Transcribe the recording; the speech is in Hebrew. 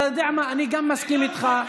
אתה יודע מה, אני גם מסכים אתך,